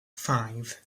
five